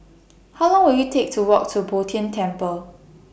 How Long Will IT Take to Walk to Bo Tien Temple